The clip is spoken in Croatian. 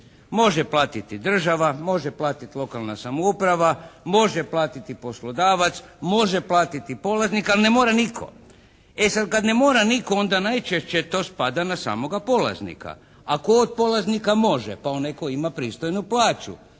Može platiti država, može platiti lokalna samouprava, može platiti poslodavac, može platiti polaznik, ali ne mora nitko. E sad kad ne mora nitko onda najčešće to spada na samoga polaznika, a tko od polaznika može? Pa onaj koji ima pristojnu plaću.